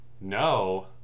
No